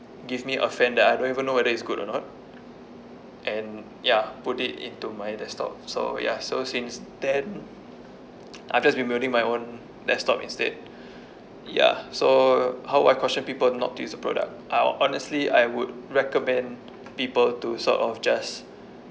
give me a fan that I don't even know whether it's good or not and ya put it into my desktop so ya so since then I've just been building my own desktop instead ya so how I caution people not to use the product I'll honestly I would recommend people to sort of just